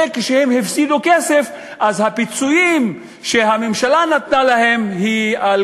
וכשהם הפסידו כסף אז הפיצויים שהממשלה נתנה להם היו על